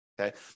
Okay